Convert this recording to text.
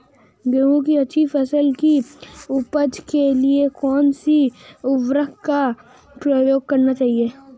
गेहूँ की अच्छी फसल की उपज के लिए कौनसी उर्वरक का प्रयोग करना चाहिए?